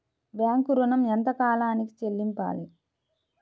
Bank ఋణం ఎంత కాలానికి చెల్లింపాలి?